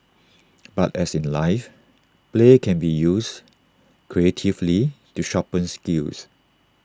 but as in life play can be used creatively to sharpen skills